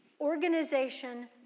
organization